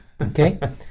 okay